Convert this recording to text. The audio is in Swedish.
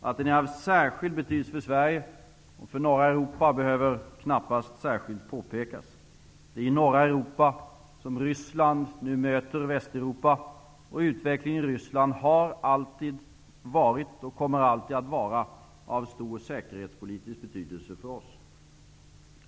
Att den är av särskild betydelse för Sverige och för norra Europa behöver knappast särskilt påpekas. Det är i norra Europa som Ryssland nu möter Västeuropa. Och utvecklingen i Ryssland har alltid varit och kommer alltid att vara av stor säkerhetspolitisk betydelse för oss.